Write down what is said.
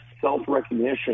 self-recognition